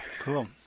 Cool